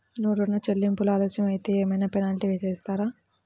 ఋణ చెల్లింపులు ఆలస్యం అయితే ఏమైన పెనాల్టీ వేస్తారా?